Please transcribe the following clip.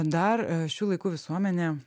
dar e šių laikų visuomenė